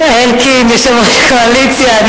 אני